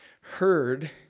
heard